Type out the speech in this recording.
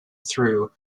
through